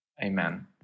Amen